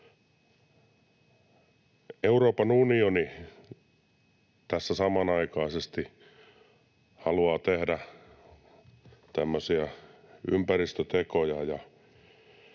Euroopan unioni tässä samanaikaisesti haluaa tehdä tämmöisiä ympäristötekoja ja